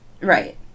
Right